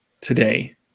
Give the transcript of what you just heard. today